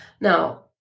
Now